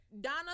Donna